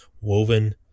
woven